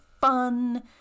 fun